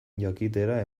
jakitera